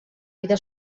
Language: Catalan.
vida